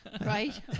Right